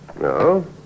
no